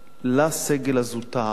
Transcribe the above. לסגל הזוטר.